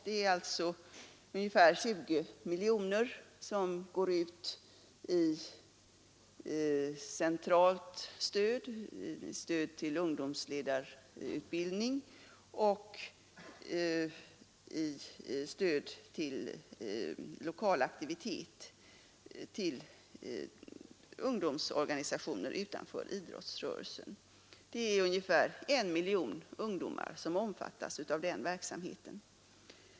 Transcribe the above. Det utgår ungefär 20 miljoner kronor i centralt stöd — stöd till ungdomsledarutbildning och stöd till lokal aktivitet — till ungdoms organisationer utanför idrottsrörelsen. Det är ungefär I miljon ungdomar som omfattas av den verksamheten.